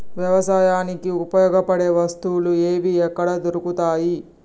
వ్యవసాయానికి ఉపయోగపడే వస్తువులు ఏవి ఎక్కడ దొరుకుతాయి?